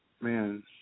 Man